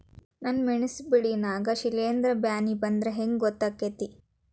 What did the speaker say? ನನ್ ಮೆಣಸ್ ಬೆಳಿ ನಾಗ ಶಿಲೇಂಧ್ರ ಬ್ಯಾನಿ ಬಂದ್ರ ಹೆಂಗ್ ಗೋತಾಗ್ತೆತಿ?